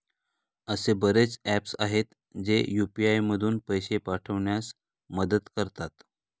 असे बरेच ऍप्स आहेत, जे यू.पी.आय मधून पैसे पाठविण्यास मदत करतात